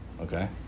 Okay